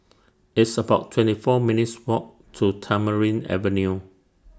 It's about twenty four minutes' Walk to Tamarind Avenue